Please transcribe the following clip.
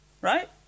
right